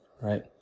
right